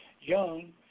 young